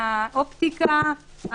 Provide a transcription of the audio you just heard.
האופטיקה,